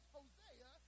Hosea